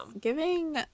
giving